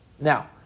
Now